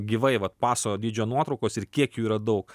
gyvai vat paso dydžio nuotraukos ir kiek jų yra daug